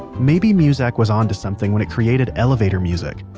maybe muzak was onto something when it created elevator music.